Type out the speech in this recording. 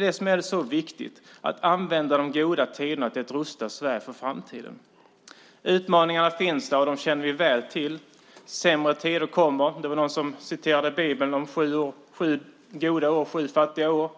Det är viktigt att använda de goda tiderna till att rusta Sverige för framtiden. Utmaningarna finns där, och de känner vi väl till. Sämre tider kommer. Det var någon som citerade Bibeln om sju goda år och sju fattiga år.